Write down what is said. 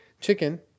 Chicken